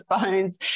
phones